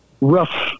rough